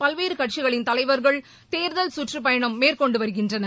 பல்வேறு கட்சிகளின் தலைவர்கள் தேர்தல் சுற்றுப்பயணம் மேற்கொண்டு வருகின்றனர்